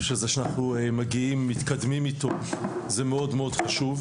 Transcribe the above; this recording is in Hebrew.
זה שאנחנו מתקדמים איתו זה מאוד חשוב.